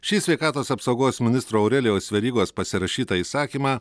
šį sveikatos apsaugos ministro aurelijaus verygos pasirašytą įsakymą